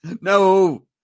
no